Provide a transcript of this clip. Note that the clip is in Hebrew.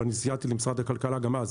ואני סייעתי למשרד הכלכלה גם אז,